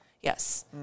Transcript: Yes